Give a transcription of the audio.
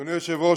אדוני היושב-ראש,